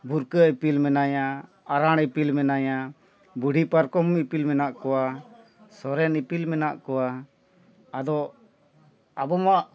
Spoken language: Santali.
ᱵᱷᱩᱨᱠᱟᱹ ᱤᱯᱤᱞ ᱢᱮᱱᱟᱭᱟ ᱟᱨᱟᱬ ᱤᱯᱤᱞ ᱢᱮᱱᱟᱭᱟ ᱵᱩᱲᱦᱤ ᱯᱟᱨᱠᱚᱢ ᱤᱯᱤᱞ ᱢᱮᱱᱟᱜ ᱠᱚᱣᱟ ᱥᱚᱨᱮᱱ ᱤᱯᱤᱞ ᱢᱮᱱᱟᱜ ᱠᱚᱣᱟ ᱟᱫᱚ ᱟᱵᱚ ᱢᱟ